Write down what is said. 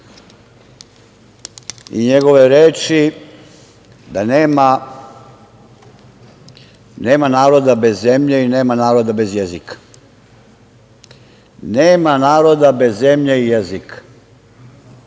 i njegove reči da nema naroda bez zemlje i nema naroda bez jezika. Nema naroda bez zemlje i jezika.